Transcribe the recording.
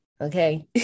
okay